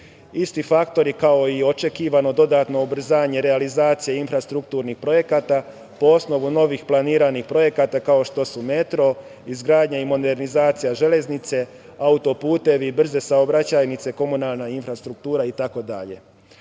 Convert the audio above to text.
Isti faktori, kao i očekivano dodatno ubrzanje realizacije infrastrukturnih projekata po osnovu novih planiranih projekata, kao što su metro, izgradnja i modernizacija železnice, autoputevi i brze saobraćajnice, komunalna infrastruktura